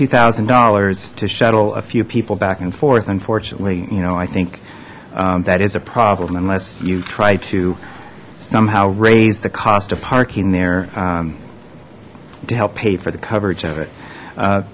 two thousand dollars to shuttle a few people back and forth unfortunately you know i think that is a problem unless you try to somehow raise the cost of parking there to help pay for the coverage of it